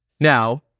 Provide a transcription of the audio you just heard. Now